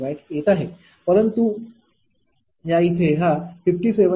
94 kWयेत आहे परंतु येथे हा 57